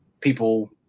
people